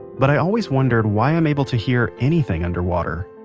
but i always wondered why i'm able to hear anything underwater.